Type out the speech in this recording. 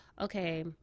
Okay